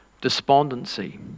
despondency